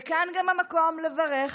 וכאן גם המקום לברך